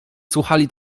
słuchali